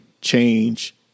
change